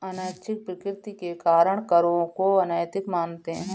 अनैच्छिक प्रकृति के कारण करों को अनैतिक मानते हैं